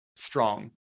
strong